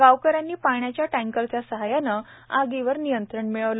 गावकऱ्यांनीपाण्याच्या टंकेरच्या सहाय्याने आगीवर नियंत्रण मिळवले